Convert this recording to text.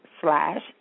slash